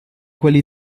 quelli